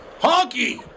Honky